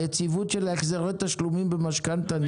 היציבות של החזרי התשלומים במשכנתה נדון.